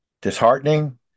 disheartening